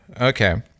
Okay